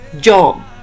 Job